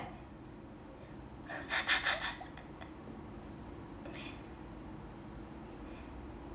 Z